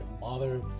mother